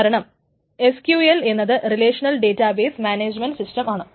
കാരണം എസ്ക്യൂഎൽ എന്നത് relational database management system ആണ്